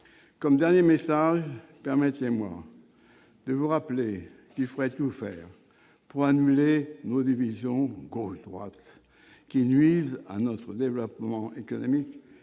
de dernier message, permettez-moi de vous rappeler qu'il faut tout faire pour annuler nos divisions gauche-droite, qui nuisent à notre développement économique